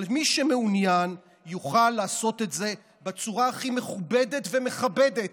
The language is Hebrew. אבל מי שמעוניין יוכל לעשות את זה בצורה הכי מכובדת ומכבדת,